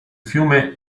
fiume